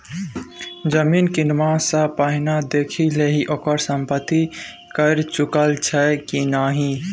जमीन किनबा सँ पहिने देखि लिहें ओकर संपत्ति कर चुकायल छै कि नहि?